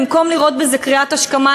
במקום לראות בזה קריאת השכמה,